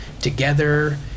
together